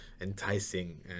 enticing